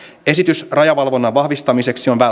esitys rajavalvonnan vahvistamiseksi on